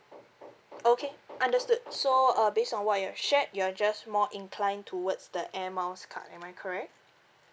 okay understood so uh based on what you have shared you are just more inclined towards the Air Miles card am I correct